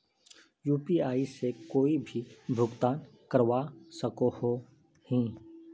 UPI से कोई भी भुगतान करवा सकोहो ही?